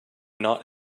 not